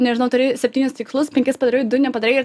nežinau turi septynis tikslus penkis padariau du nepadarai ir